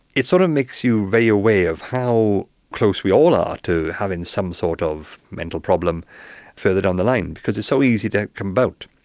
it sort of makes you very aware of how close we all are to having some sort of mental problem further down the line because it's so easy to come about.